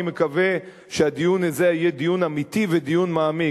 אני מקווה שהדיון הזה יהיה דיון אמיתי ודיון מעמיק,